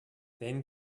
then